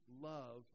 love